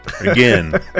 again